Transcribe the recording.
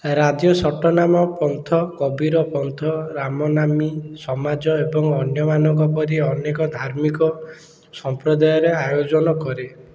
ରାଜ୍ୟ ସଟନାମପନ୍ଥ କବୀରପନ୍ଥ ରାମନାମୀ ସମାଜ ଏବଂ ଅନ୍ୟମାନଙ୍କ ପରି ଅନେକ ଧାର୍ମିକ ସମ୍ପ୍ରଦାୟର ଆୟୋଜନ କରେ